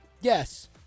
Yes